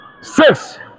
six